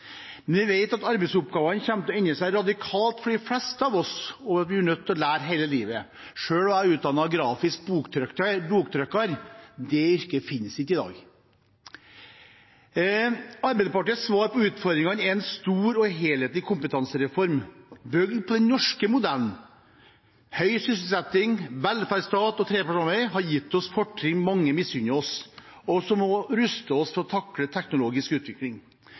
Men vi vet at arbeidsoppgavene kommer til å endre seg radikalt for de fleste av oss, og at vi er nødt til å lære hele livet. Selv er jeg utdannet grafisk boktrykker. Det yrket finnes ikke i dag. Arbeiderpartiets svar på utfordringene er en stor og helhetlig kompetansereform bygd på den norske modellen. Høy sysselsetting, velferdsstat og trepartssamarbeid har gitt oss fortrinn mange misunner oss, og som ruster oss til å takle teknologisk utvikling.